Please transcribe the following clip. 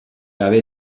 gabe